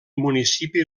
municipi